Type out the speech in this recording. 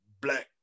black